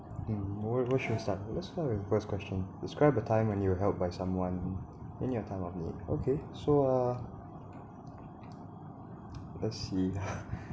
more of us should start first let's start with first question describe a time when you were helped by someone in your time of need so uh let's see